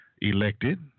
elected